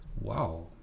wow